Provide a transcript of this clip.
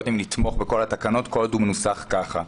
אם נתמוך בכל התקנות כל עוד הוא מנוסח כך.